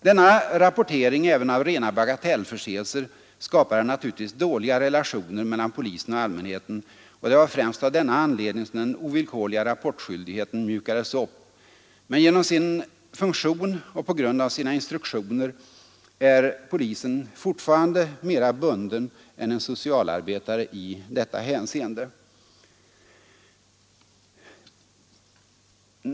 Denna rapportering även av rena bagatellförseelser skapade naturligtvis dåliga relationer mellan polisen och allmänheten, och det var främst av denna anledning som den ovillkorliga rapportskyldigheten mjukades upp. Men genom sin funktion och på grund av sina instruktioner är en polisman fortfarande mera bunden än en socialarbetare i detta hänseende.